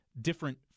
different